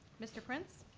mr. prince?